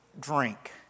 drink